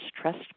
Trust